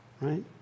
right